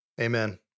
Amen